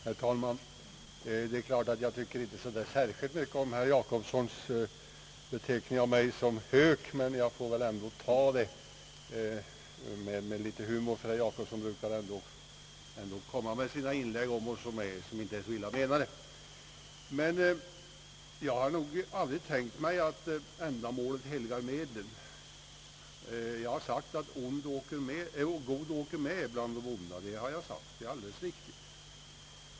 Herr talman! Det är klart att jag inte tycker särskilt mycket om herr Jacobssons : beteckning av mig som »hök», men jag får väl ta den med litet humor. Herr Jacobsson brukar ju göra uttalanden om oss som inte är så illa menade. Jag har aldrig tänkt mig att ändamålet helgar medlen. Det är riktigt att jag har sagt att god åker med bland de onda.